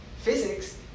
physics